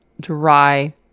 dry